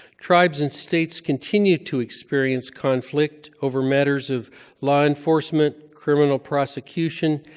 tribes and states continue to experience conflict over matters of law enforcement, criminal prosecution,